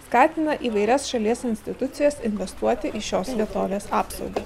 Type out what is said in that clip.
skatina įvairias šalies institucijas investuoti į šios vietovės apsaugą